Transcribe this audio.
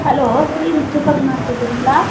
hello green super மார்க்கெட்டுங்களா